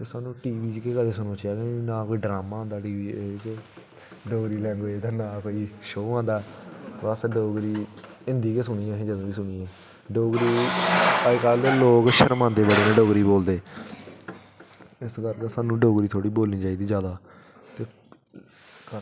ते स्हानू टीवी च ते सनोची जा निं ते ना कोई ड्रामां औंदा टीवी बिच डोगरी लैंग्वेज़ दा ना कोई शो आंदा ते डोगरी असें हिंदी गै सुनी ऐ असें जदूं बी सुनी ऐ डोगरी अज्जकल लोग शरमांदे बड़े न डोगरी बोलदे बड़े न इस बारी डोगरी स्हानू बोलनी चाहिदी जादा